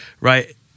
right